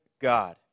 God